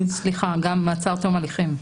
סליחה, גם מעצר תום הליכים.